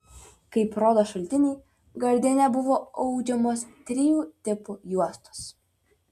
kaip rodo šaltiniai gardine buvo audžiamos trijų tipų juostos